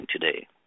today